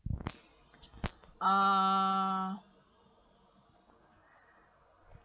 uh